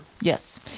Yes